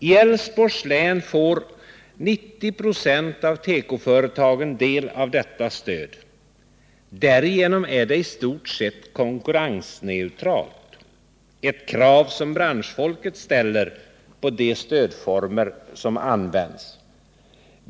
I Älvsborgs län får 90 96 av tekoföretagen del av detta stöd. Därigenom är det i stort sett konkurrensneutralt, ett krav som branschfolket ställer på de stödformer som används.